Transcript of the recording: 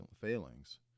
failings